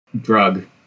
drug